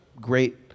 great